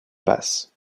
passe